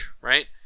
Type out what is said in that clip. right